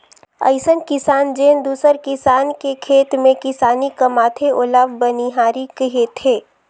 अइसन किसान जेन दूसर किसान के खेत में किसानी कमाथे ओला बनिहार केहथे